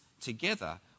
together